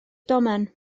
domen